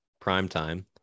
primetime